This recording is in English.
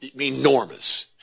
enormous